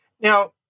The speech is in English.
Now